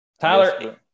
Tyler